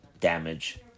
damage